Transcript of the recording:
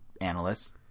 Analysts